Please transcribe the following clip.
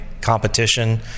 competition